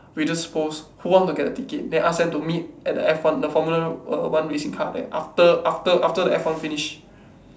we just post who want to get the ticket then ask them to meet at the F one the formula one racing car there after after after the F one finish